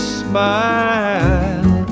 smile